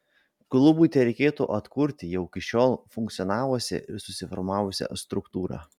klubui tereikėtų atkurti jau iki šiol funkcionavusią ir susiformavusią struktūrą